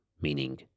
meaning